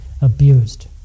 abused